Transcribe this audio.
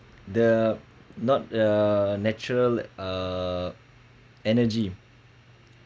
the not uh natural uh energy